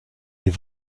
sie